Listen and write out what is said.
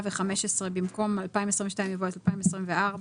ההסתייגות הבאה: מטרת החוק לאפשר לממשלה לבטל את הרשות המחוקקת.